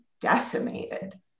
decimated